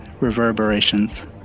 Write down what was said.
Reverberations